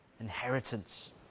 inheritance